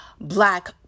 black